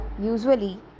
Usually